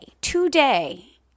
today